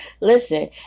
listen